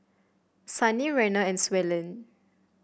Sannie Reina and Suellen